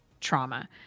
trauma